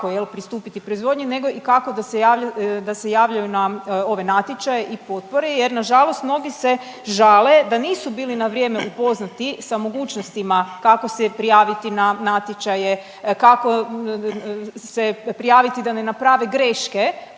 pristupiti proizvodnji nego i kako da se javljaju, da se javljaju na ove natječaje i potpore jer na žalost mnogi se žale da nisu bili na vrijeme upoznati sa mogućnostima kako se prijaviti na natječaje, kako se prijaviti da ne naprave greške